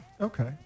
Okay